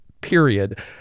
period